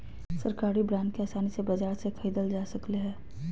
सरकारी बांड के आसानी से बाजार से ख़रीदल जा सकले हें